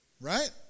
right